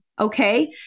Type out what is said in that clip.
okay